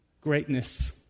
greatness